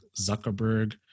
Zuckerberg